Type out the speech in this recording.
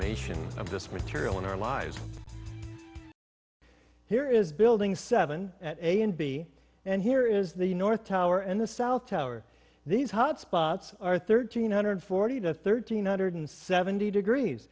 mation of this material in our lives here is building seven at a and b and here is the north tower and the south tower these hot spots are thirteen hundred forty to thirteen hundred seventy degrees